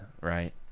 right